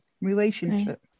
relationship